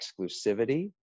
exclusivity